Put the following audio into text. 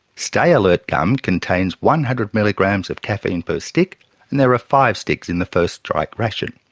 stayalert gum contains one hundred milligrams of caffeine per stick and there are five sticks in the first strike ration.